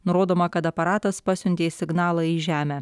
nurodoma kad aparatas pasiuntė signalą į žemę